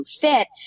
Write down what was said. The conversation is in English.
fit